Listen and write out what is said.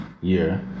year